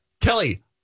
Kelly